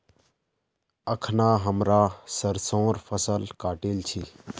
अखना हमरा सरसोंर फसल काटील छि